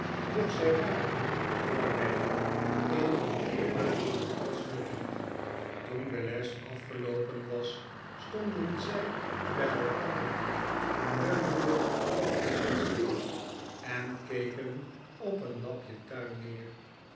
doch zy waren voor neville even dierbaar als nuttig toen de les afgeloopen was stonden zy by elkander leunende op de vensterbank en keken op een lapj tuin neer